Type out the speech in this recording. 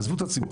עזבו את הציבור.